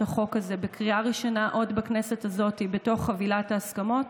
החוק הזה בקריאה ראשונה עוד בכנסת הזו בתוך חבילת ההסכמות,